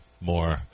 more